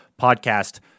podcast